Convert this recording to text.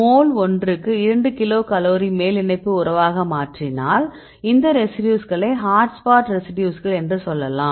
mole ஒன்றுக்கு 2 கிலோகலோரிக்கு மேல் பிணைப்பு உறவாக மாறினால் இந்த ரெசிடியூஸ்களை ஹாட்ஸ்பாட் ரெசிடியூஸ்கள் என்று சொல்லலாம்